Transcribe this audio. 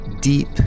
Deep